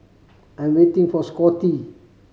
I'm waiting for Scottie